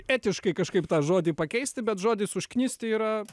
etiškai kažkaip tą žodį pakeisti bet žodis užknisti yra